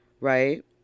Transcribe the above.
right